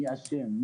מי אשם?